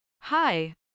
Hi